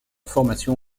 formation